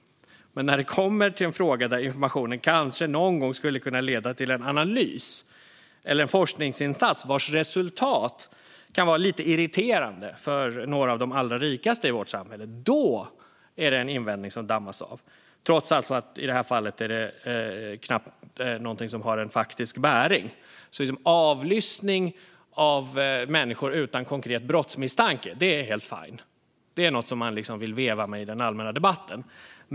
När det kommer till en fråga där informationen kanske någon gång skulle kunna leda till en analys eller en forskningsinsats vars resultat kan vara lite irriterande för några av de allra rikaste i vårt samhälle är det en invändning som dammas av, trots att det i det här fallet knappt är någonting som har faktisk bäring. Avlyssning av människor utan konkret brottsmisstanke är helt fine. Det är något som man vill veva med i den allmänna debatten.